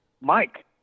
Mike